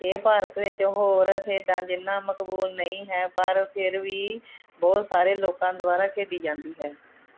ਇਹ ਭਾਰਤ ਵਿੱਚ ਹੋਰ ਖੇਡਾਂ ਜਿੰਨਾ ਮਕਬੂਲ ਨਹੀਂ ਹੈ ਪਰ ਫਿਰ ਵੀ ਬਹੁਤ ਸਾਰੇ ਲੋਕਾਂ ਦੁਆਰਾ ਖੇਡੀ ਜਾਂਦੀ ਹੈ